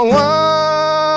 one